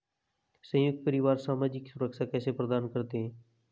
संयुक्त परिवार सामाजिक सुरक्षा कैसे प्रदान करते हैं?